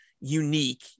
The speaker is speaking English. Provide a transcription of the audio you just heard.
unique